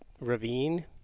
ravine